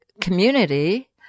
community